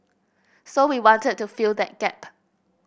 so we wanted to fill that gap